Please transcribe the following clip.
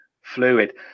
fluid